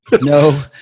No